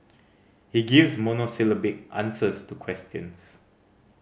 he gives monosyllabic answers to questions